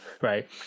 Right